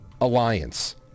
alliance